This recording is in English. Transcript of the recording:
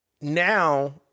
Now